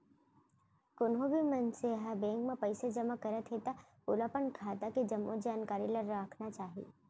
कोनो भी मनसे ह बेंक म पइसा जमा करत हे त ओला अपन खाता के के जम्मो जानकारी ल राखना चाही